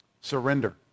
surrender